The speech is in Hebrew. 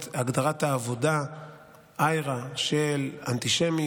את הגדרת העבודה של IHRA לאנטישמיות,